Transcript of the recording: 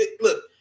look